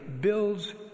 builds